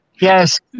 Yes